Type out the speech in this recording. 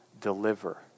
Deliver